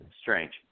Strange